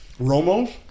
Romo